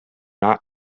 not